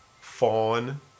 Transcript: fawn